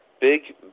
Big